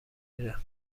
میره